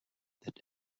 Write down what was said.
that